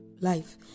life